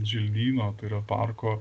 želdyno tai yra parko